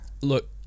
look